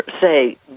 say